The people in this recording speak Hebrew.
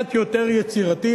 קצת יותר יצירתי,